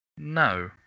No